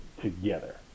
together